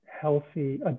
healthy